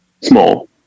small